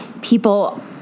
people